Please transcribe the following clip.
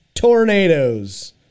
Tornadoes